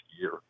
year